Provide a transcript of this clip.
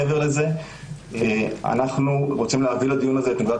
מעבר לזה אנו רוצים להביא לדיון הזה את נקודת